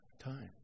time